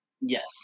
yes